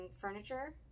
furniture